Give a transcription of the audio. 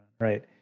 Right